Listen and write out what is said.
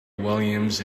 williams